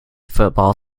football